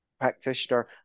practitioner